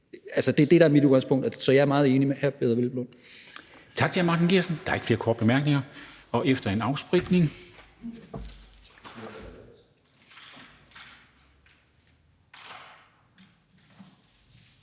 der er mit udgangspunkt, så jeg er meget enig med